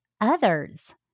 others